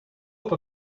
hope